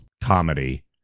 comedy